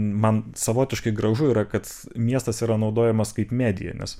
man savotiškai gražu yra kad miestas yra naudojamas kaip medija nes